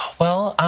well,